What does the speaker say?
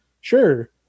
sure